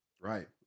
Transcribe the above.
Right